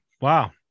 Wow